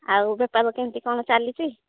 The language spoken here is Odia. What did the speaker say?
ଆଉ ବେପାର କେମିତି କ'ଣ ଚାଲିଛି